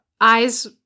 eyes